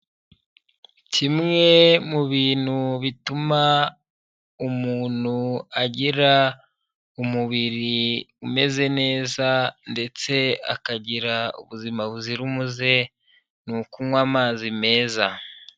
Kimwe mu bintu bituma umuntu agira umubiri umeze neza ndetse akagira ubuzima buzira umuze, ni ukunywa amazi meza.